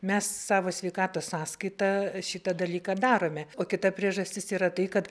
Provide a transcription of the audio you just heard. mes savo sveikatos sąskaita šitą dalyką darome o kita priežastis yra tai kad